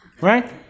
Right